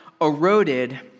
eroded